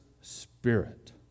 spirit